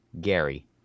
Gary